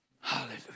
Hallelujah